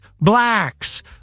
Blacks